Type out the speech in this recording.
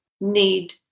need